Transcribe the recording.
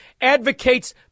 advocates